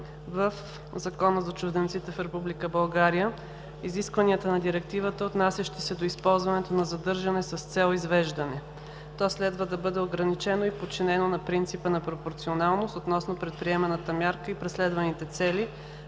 стремят да въведат в ЗЧРБ изискванията на Директивата, отнасящи се до използването на задържане с цел извеждане. То следва да бъде ограничено и подчинено на принципа на пропорционалност относно предприеманата мярка и преследваните цели,